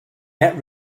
get